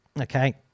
okay